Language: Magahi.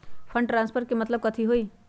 फंड ट्रांसफर के मतलब कथी होई?